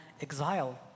exile